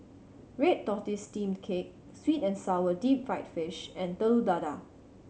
red tortoise steamed cake sweet and sour deep fried fish and Telur Dadah